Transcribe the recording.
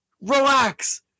Relax